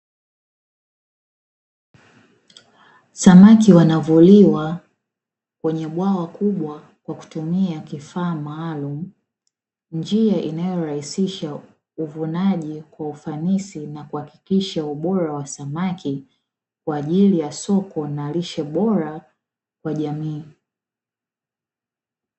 Samaki wanaovuliwa kwenye bwawa kubwa kwa kutumia kifaa maalumu, njia inayorahisisha uvunaji kwa ufanisi na kuhakikisha ubora wa samaki kwa ajili ya soko, na lishe bora kwa jamii.